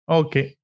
okay